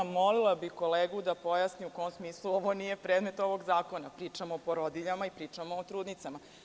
Molila bih kolegu u kom smislu ovo nije predmet ovog zakona, pričamo o porodiljama i pričamo o trudnicama.